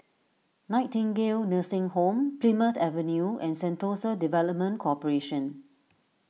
Nightingale Nursing Home Plymouth Avenue and Sentosa Development Corporation